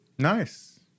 Nice